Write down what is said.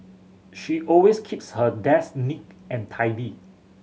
she always keeps her desk neat and tidy